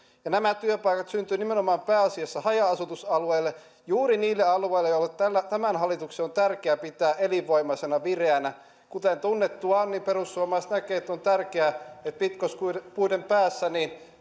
nämä työpaikat syntyvät nimenomaan pääasiassa haja asutusalueille juuri niille alueille jotka tämän hallituksen on tärkeää pitää elinvoimaisina vireinä kuten tunnettua on perussuomalaiset näkevät että on tärkeää että pitkospuiden päässä